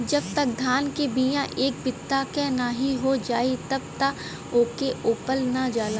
जब तक धान के बिया एक बित्ता क नाहीं हो जाई तब तक ओके रोपल ना जाला